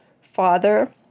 Father